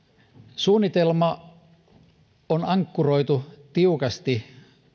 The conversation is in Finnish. suunnitelma on ankkuroitu tiukasti